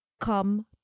come